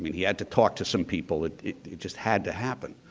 i mean he had to talk to some people. it just had to happen.